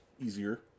easier